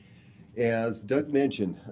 as doug mentioned,